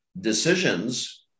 decisions